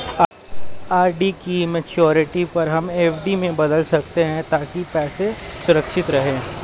RD की maturity पर हम एफ.डी में बदल सकते है ताकि पैसे सुरक्षित रहें